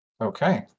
Okay